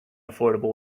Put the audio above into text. affordable